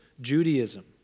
Judaism